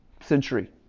century